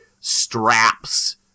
straps